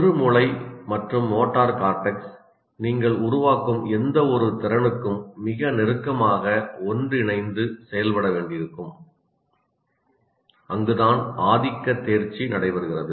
சிறுமூளை மற்றும் motor cortex நீங்கள் உருவாக்கும் எந்தவொரு திறனுக்கும் மிக நெருக்கமாக ஒன்றிணைந்து செயல்பட வேண்டியிருக்கும் அங்குதான் ஆதிக்க தேர்ச்சி நடைபெறுகிறது